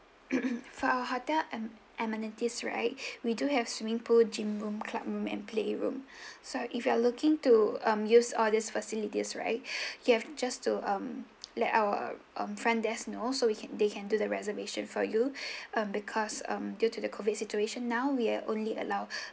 for our hotel am~ amenities right we do have swimming pool gym room club room and playroom so if you are looking to um use all these facilities right you have just to um let our um front desk know so we can they can do the reservation for you um because um due to the COVID situation now we're only allow